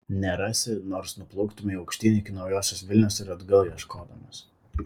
nerasi nors nuplauktumei aukštyn iki naujosios vilnios ir atgal ieškodamas